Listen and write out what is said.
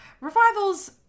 Revivals